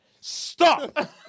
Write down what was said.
Stop